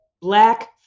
Black